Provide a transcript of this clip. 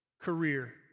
career